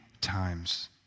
times